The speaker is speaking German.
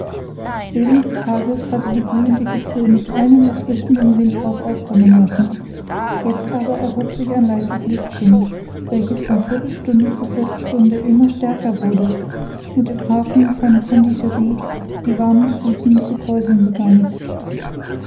während des tages hatte die glühende hitze nicht einen erfrischenden windhauch aufkommen lassen jetzt aber erhob sich ein leises lüftchen welches von viertelstunde zu viertelstunde immer stärker wurde und im hafen von pondischery die warmen fluthen zu kräuseln begann